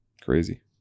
Crazy